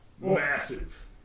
massive